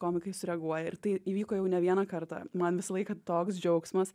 komikai sureaguoja ir tai įvyko jau ne vieną kartą man visą laiką toks džiaugsmas